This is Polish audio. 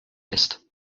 jest